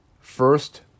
First